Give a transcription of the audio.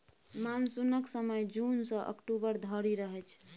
मानसुनक समय जुन सँ अक्टूबर धरि रहय छै